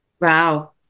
Wow